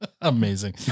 Amazing